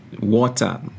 water